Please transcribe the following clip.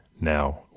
now